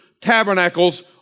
Tabernacles